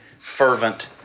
fervent